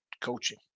Coaching